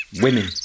Women